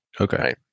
Okay